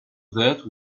that